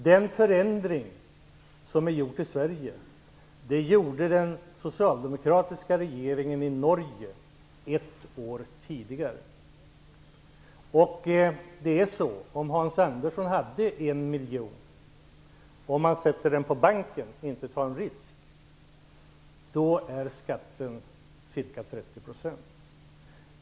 Den förändring som har gjorts i Sverige genomförde den socialdemokratiska regeringen i Norge ett år tidigare. Om Hans Andersson hade en miljon, som han satte in på banken utan att ta någon risk, blir skatten ca 30 %.